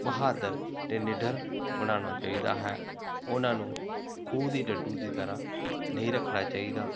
ਬਹਾਦਰ ਅਤੇ ਨਿਡਰ ਬਣਾਉਣਾ ਚਾਹੀਦਾ ਹੈ ਉਹਨਾਂ ਨੂੰ ਖੂਹ ਦੇ ਡੱਡੂ ਦੀ ਤਰ੍ਹਾਂ ਨਹੀਂ ਰੱਖਣਾ ਚਾਹੀਦਾ